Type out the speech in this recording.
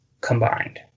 combined